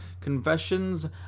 Confessions